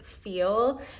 feel